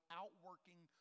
outworking